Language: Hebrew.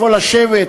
איפה לשבת,